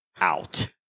out